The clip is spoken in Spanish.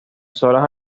suelos